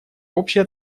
общая